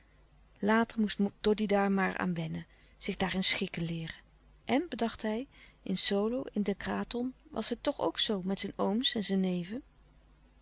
later moest doddy daar maar aan wennen zich daarin schikken leeren en bedacht hij in solo in den kraton was het toch ook zoo met zijn ooms en zijn neven